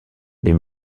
les